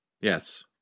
Yes